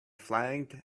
flagged